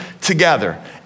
together